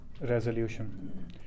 resolution